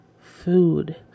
food